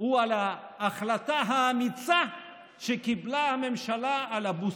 הוא על ההחלטה האמיצה שקיבלה הממשלה על הבוסטר.